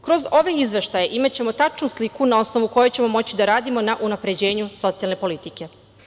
Kroz ove izveštaje imaćemo tačnu sliku na osnovu koje ćemo moći da radimo na unapređenju socijalne politike.